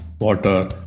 water